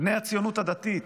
בני הציונות הדתית,